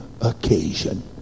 occasion